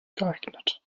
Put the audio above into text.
geeignet